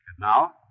now